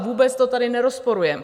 Vůbec to tady nerozporujeme.